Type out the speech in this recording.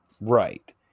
Right